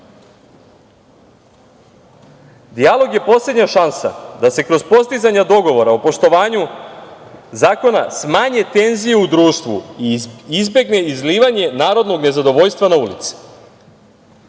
Dijalog je poslednja šansa da se kroz postizanje dogovora o poštovanju zakona smanje tenzije u društvu i izbegne izlivanje narodnog nezadovoljstva na ulice.